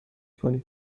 کنید